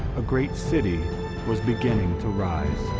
a great city was beginning to rise.